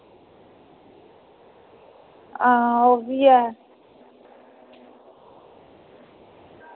हां ओह् बी ऐ